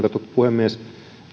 puhemies